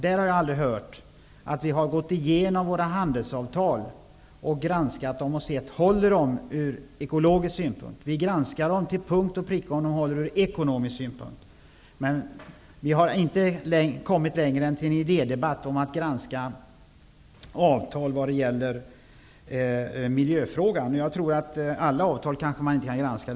Jag har aldrig hört att vi har gått igenom våra handelsavtal och sett om de håller ur ekologisk synpunkt. Vi granskar till punkt och pricka om de håller ur ekonomisk synpunkt. Men vi har inte kommit längre än till en idédebatt om att granska avtal vad det gäller miljöfrågan. Man kanske inte kan granska alla avtal. Det finns ju små och stora.